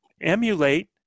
emulate